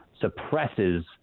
suppresses